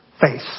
faith